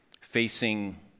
Facing